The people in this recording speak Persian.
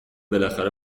بالاخره